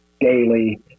daily